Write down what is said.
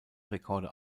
rekorde